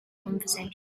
conversation